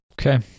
okay